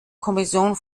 kommission